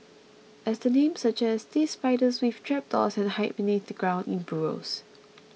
as their name suggests these spiders weave trapdoors and hide beneath the ground in burrows